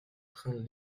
train